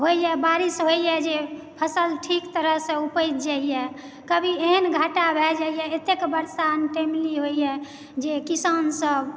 होइए बारिश होइए जे फसल ठीक तरह सऽ उपैज जाइया कभी एहन घाटा भय जाइया अतेक बरसा अनटाइमली होइया जे किसान सब